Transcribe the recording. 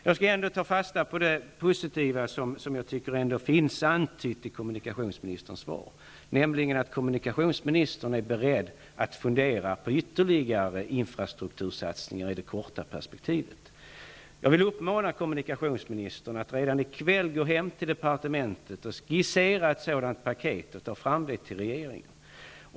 Jag vill ändå ta fasta på det positiva som jag tycker finns antytt i kommunikationsministerns svar, nämligen att kommunikationsministern är beredd att fundera på ytterligare infrastruktursatsningar i det korta perspektivet. Jag vill uppmana kommunikationsministern att redan i kväll gå till departementet och skissera ett sådant paket och ta det till regeringen.